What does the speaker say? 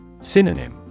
Synonym